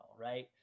right